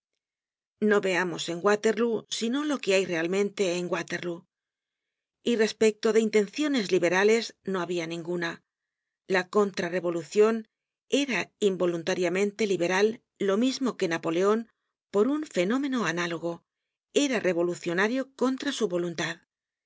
no veamos en waterlóo sino lo que hay realmente en waterlóo y respecto de intenciones liberales no habia ninguna la contra revolucion era involuntariamente liberal lo mismo que napoleon por un fenómeno análogo era revolucionario contra su voluntad